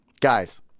guys